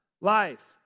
life